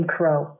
Crow